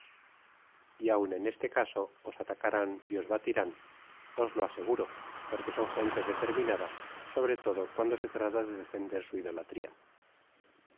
y aun en este caso os atacarán y os batirán os lo asegu ro porque son gente determinada sobre todo cuando se trata de defender sa idolatria